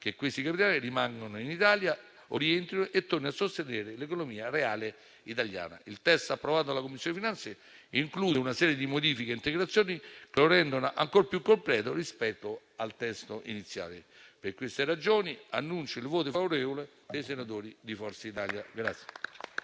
che questi capitali rimangano in Italia o vi rientrino e tornino a sostenere l'economia reale italiana. Il testo approvato dalla Commissione finanze include una serie di modifiche ed integrazioni che lo rendono ancora più completo rispetto al testo iniziale. Per queste ragioni, annuncio il voto favorevole dei senatori di Forza Italia.